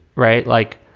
right. like.